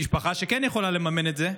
משפחה שכן יכולה לממן את זה,